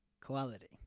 Quality